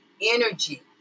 energy